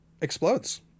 explodes